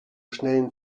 schnellen